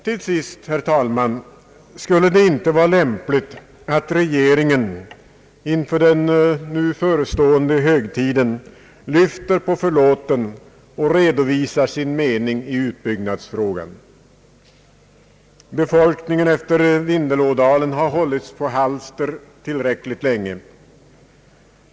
Till sist, herr talman, undrar jag om det inte skulle vara lämpligt att regeringen inför den nu förestående högtiden lyfter på förlåten och redovisar sin mening i utbyggnadsfrågan. Befolkningen i vindelälvsområdet har hållits på halster tillräckligt länge.